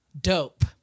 Dope